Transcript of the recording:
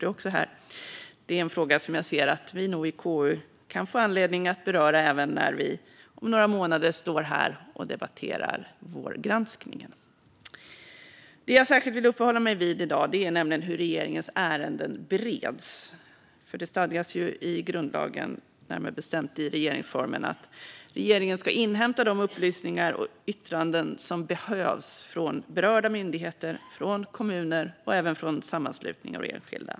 Det är en fråga som jag ser att vi i KU kan få anledning att beröra även när vi om några månader står här och debatterar vårgranskningen. Det jag särskilt vill uppehålla mig vid i dag är hur regeringens ärenden bereds. Det stadgas i grundlagen, närmare bestämt i regeringsformen, att regeringen ska inhämta de upplysningar och yttranden som behövs från berörda myndigheter och kommuner och även från sammanslutningar och enskilda.